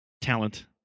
talent